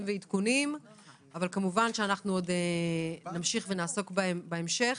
ועדכונים וכמובן שנמשיך ונעסוק בזה גם בהמשך.